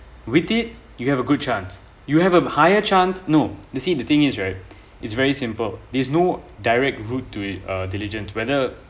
with it you have a good chance you have a higher chance no you see the thing is right it's very simple these no direct route to uh) diligence whether